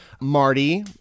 Marty